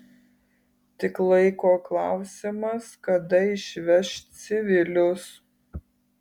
tik laiko klausimas kada išveš civilius